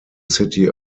city